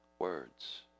Words